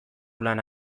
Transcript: lana